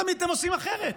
תמיד אתם עושים אחרת.